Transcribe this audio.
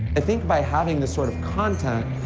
i think by having this sort of content,